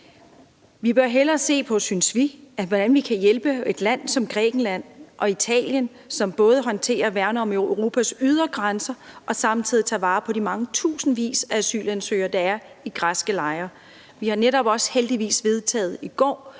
Vi bør hellere, synes vi, se på, hvordan vi kan hjælpe lande som Grækenland og Italien, som både håndterer og værner om Europas ydre grænser og samtidig tager vare på de tusindvis af asylansøgere, der er i græske lejre. Vi har heldigvis netop også i går